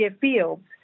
Fields